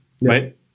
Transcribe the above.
right